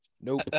Nope